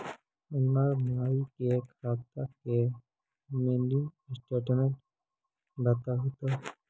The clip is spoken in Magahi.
हमर माई के खाता के मीनी स्टेटमेंट बतहु तो?